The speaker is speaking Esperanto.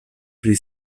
pri